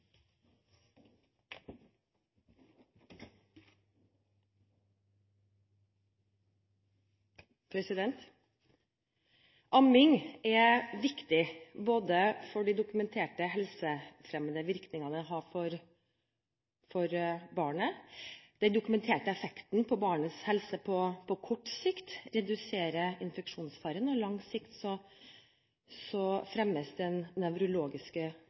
viktig både for de dokumenterte helsefremmende virkningene det har for barnet, den dokumenterte effekten på barnets helse ved på kort sikt å redusere infeksjonsfaren og på langt sikt å fremme den